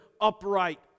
upright